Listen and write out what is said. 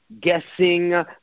guessing